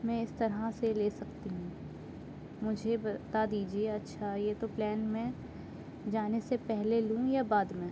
میں اس طرح سے لے سکتی ہوں مجھے بتا دیجیے اچھا یہ تو پلین میں جانے سے پہلے لوں یا بعد میں